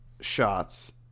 shots